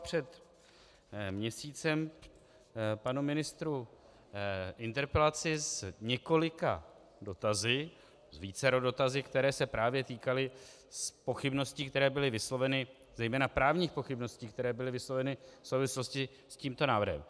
Před měsícem jsem posílal panu ministrovi interpelaci s několika dotazy, vícero dotazy, které se právě týkaly pochybností, které byly vysloveny, zejména právních pochybností, které byly vysloveny v souvislosti s tímto návrhem.